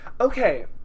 Okay